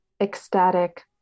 ecstatic